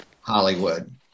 Hollywood